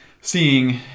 seeing